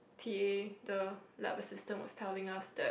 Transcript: t_a the lab assistant was telling us that